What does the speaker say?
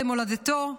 למולדתו.